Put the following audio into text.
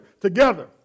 together